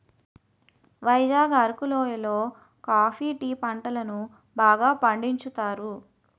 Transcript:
వైజాగ్ అరకు లోయి లో coffee tea పంటలను బాగా పండించుతారు